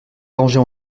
arranger